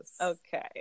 okay